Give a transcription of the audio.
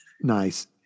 Nice